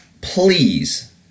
please